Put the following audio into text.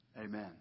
Amen